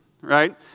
right